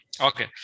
Okay